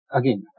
again